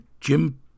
Jim